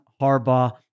Harbaugh